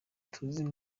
tuzi